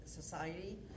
society